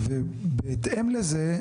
ובהתאם לזה,